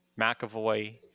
McAvoy